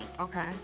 Okay